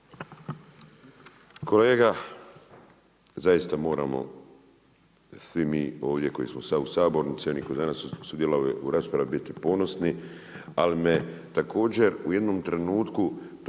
Grmoja, zaista moramo svi mi ovdje koji smo u sabornici oni koji su danas sudjelovali u raspravi biti ponosni, ali me također u jednom trenutku